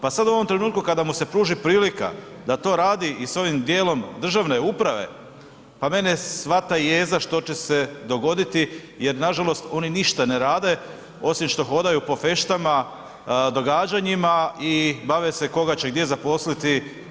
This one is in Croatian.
Pa sad u ovom trenutku kada mu se pruži prilika da to radi i s ovim dijelom državne uprave, pa mene hvata jeza što će se dogoditi jer nažalost oni ništa ne rade, osim što hodaju po feštama, događanjima i bave se koga će gdje zaposliti.